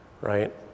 right